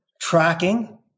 tracking